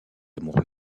amour